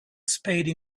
spade